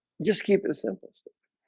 just keep it as simplistic